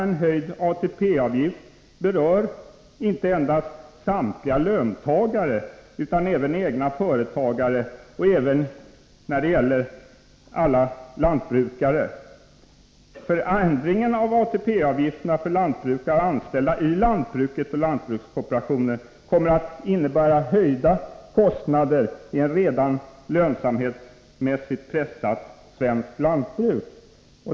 En höjd ATP-avgift berör inte endast samtliga löntagare utan även egenföretagare, bland dem alla jordbrukare. Förändringen av ATP-avgiften för lantbrukare och anställda i lantbrukskooperationen kommer att innebära högre kostnader i ett lönemässigt redan pressat svenskt lantbruk.